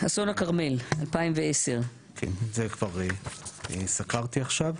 אסון הכרמל, 2010. זה סקרתי עכשיו.